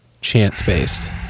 chance-based